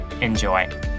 Enjoy